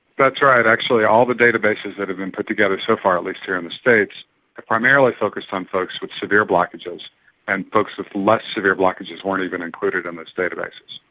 that's right. actually all the databases that have been put together so far, at least here in the states, are primarily focused on folks with severe blockages and folks with less severe blockages weren't even included in those databases.